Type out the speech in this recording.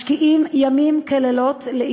משקיעים לילות כימים,